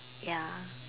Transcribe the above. ya